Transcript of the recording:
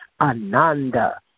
Ananda